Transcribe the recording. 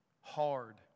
hard